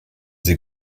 sie